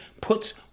puts